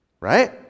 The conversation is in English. Right